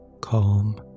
Calm